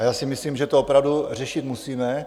A já si myslím, že to opravdu řešit musíme.